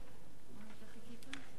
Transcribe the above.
נתקבלו.